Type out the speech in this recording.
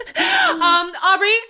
Aubrey